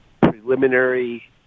preliminary